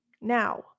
Now